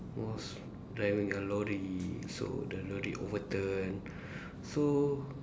was driving a lorry so the lorry overturn so